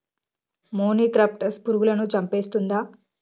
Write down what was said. మొనిక్రప్టస్ పురుగులను చంపేస్తుందా?